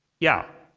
yeah.